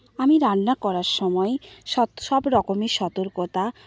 আমি রান্না করার সময় সবরকমের সতর্কতা